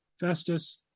Festus